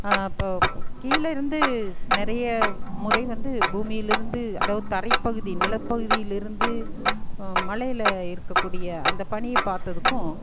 அப்போ கீழேருந்து நிறைய முறை வந்து பூமியிலருந்து அதாவது தரை பகுதி நிலப்பகுதிலேருந்து மலையில இருக்கக்கூடிய அந்த பனியை பார்த்ததுக்கும்